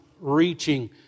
reaching